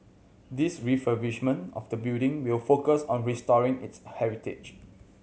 the refurbishment of the building will focus on restoring its heritage